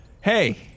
Hey